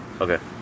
Okay